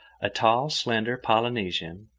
a tall, slender polynesian,